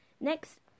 Next